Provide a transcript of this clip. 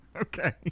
Okay